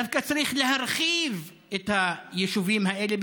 צריך דווקא להרחיב את היישובים האלה,